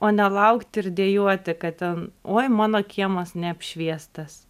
o ne laukti ir dejuoti kad ten oi mano kiemas neapšviestas